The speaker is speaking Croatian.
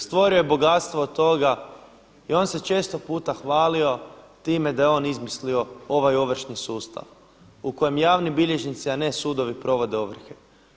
Stvorio je bogatstvo od toga i on se često puta hvalio time da je on izmislio ovaj ovršni sustav u kojem javni bilježnici a ne sudovi provode ovrhe.